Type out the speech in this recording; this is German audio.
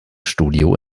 studio